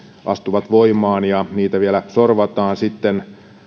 astuvat voimaan ja niitä vielä sorvataan sitten